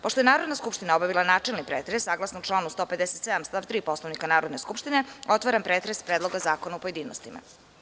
Pošto je narodna skupština obavila načelni pretres, saglasno članu 157. stav 3. Poslovnika Narodne skupštine, otvaram pretres predloga zakona u pojedinostima.